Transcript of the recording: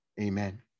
Amen